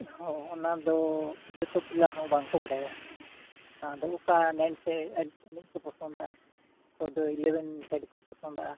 ᱦᱚᱸ ᱚᱱᱟᱫᱚ ᱡᱚᱛᱚ ᱯᱞᱮᱭᱟᱨ ᱦᱚᱸ ᱵᱟᱝᱠᱚ ᱵᱟᱲᱟᱭᱟ ᱟᱫᱚ ᱚᱠᱟ ᱱᱟᱭᱤᱱ ᱥᱟᱭᱤᱰ ᱮᱱᱮᱡ ᱠᱚ ᱯᱚᱥᱚᱱᱫᱼᱟ ᱚᱠᱚᱭ ᱫᱚ ᱤᱞᱮᱵᱷᱮᱱ ᱥᱟᱭᱤᱰ ᱠᱚ ᱯᱚᱥᱚᱱᱫᱟᱜᱼᱟ